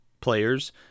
Players